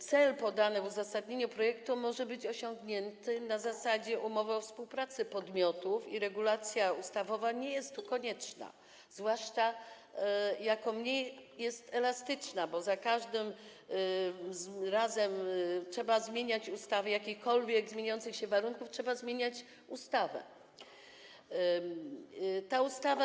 Cel podany w uzasadnieniu projektu może być osiągnięty na zasadzie umowy o współpracy podmiotów i regulacja ustawowa nie jest tu konieczna, zwłaszcza że nie jest elastyczna, a za każdym razem wobec jakichkolwiek zmieniających się warunków trzeba zmieniać tę ustawę.